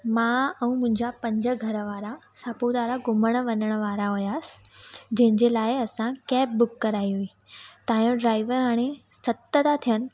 मां ऐं मुंहिंजा पंज घर वारा सपूतारा घुमणु वञण वारा हुआसीं जंहिंजे लाइ असां कैब बुक कराई हुई तव्हांजो ड्राइवर हाणे सत था थियनि